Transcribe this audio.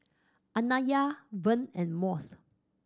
Anaya Vern and Mose